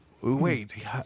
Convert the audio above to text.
Wait